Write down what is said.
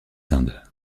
indes